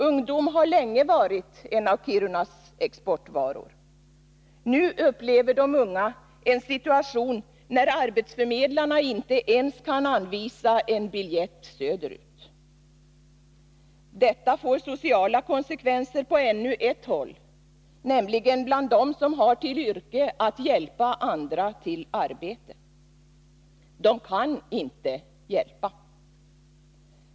Ungdom har länge varit en av Kirunas exportvaror. Nu upplever de unga en situation där arbetsförmedlarna inte ens kan anvisa en biljett söderut. Detta får sociala konsekvenser på ännu ett håll, nämligen bland dem som har till yrke att hjälpa andra till arbete. De kan inte hjälpa.